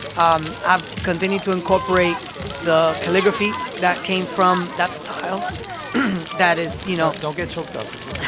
um i've continued to incorporate the calligraphy that came from that style that is, you know. don't get choked up. it's ok